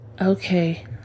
Okay